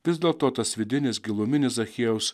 vis dėlto tas vidinis giluminis zachiejaus